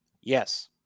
Yes